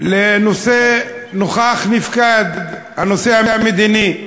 על נושא נוכח-נפקד, הנושא המדיני.